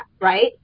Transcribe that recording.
right